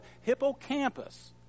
hippocampus